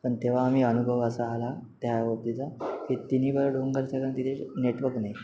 पण तेव्हा आम्ही अनुभव असा आला त्या वक्तीचा की तिन्ही बाजू डोंग असल्या कारणाने तिथे नेटवर्क नाही